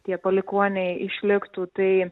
tie palikuoniai išliktų tai